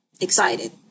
excited